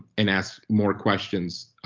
and ask more questions.